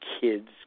kids